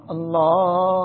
Allah